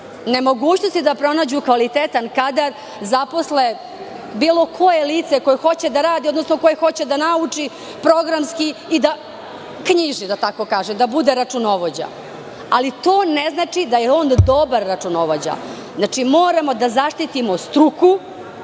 nemogućnosti da pronađu kvalitetan kadar zaposle bilo koje lice koje hoće da radi, prosto koje hoće da nauči programski da knjiži, da bude računovođa. Ali, to ne znači da je on dobar računovođa. Znači, moramo da zaštitimo struku,